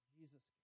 Jesus